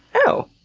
oh.